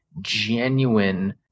genuine